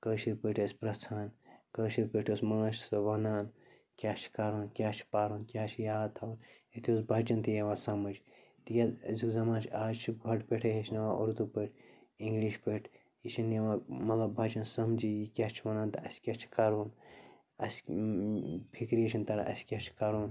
کٲشِر پٲٹھۍ ٲسۍ پرٛژھان کٲشِر پٲٹھۍ ٲسۍ ماچھ سُہ وَنان کیٛاہ چھِ کَرُن کیٛاہ چھِ پَرُن کیٛاہ چھِ یاد تھاوُن أتی اوس بچن تہِ یِوان سمٕجھ تِکیٛاز أزیُک زمان چھِ آز چھِ گۄڈٕ پٮ۪ٹھَےٕ ہیٚچھناوان اُردو پٲٹھۍ اِنٛگلِش پٲٹھۍ یہِ چھِنہٕ یِوان مطلب بچن سمجھی یہِ کیٛاہ چھِ وَنان تہٕ اَسہِ کیٛاہ چھِ کَرُن اَسہِ فِکری چھِنہٕ تَران اَسہِ کیٛاہ چھِ کَرُن